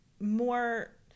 more